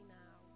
now